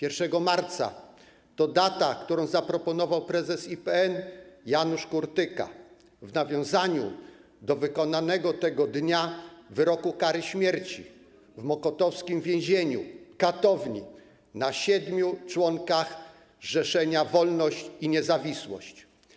1 marca to data, którą zaproponował prezes IPN Janusz Kurtyka w nawiązaniu do wykonanego tego dnia wyroku kary śmierci w mokotowskim więzieniu - katowni na siedmiu członkach zrzeszenia Wolność i Niezawisłość.